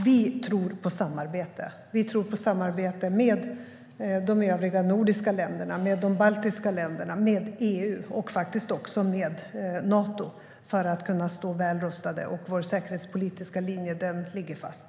Vi tror på samarbete med de övriga nordiska länderna, med de baltiska länderna, med EU och faktiskt också med Nato för att stå väl rustade. Vår säkerhetspolitiska linje ligger fast.